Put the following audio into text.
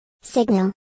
Signal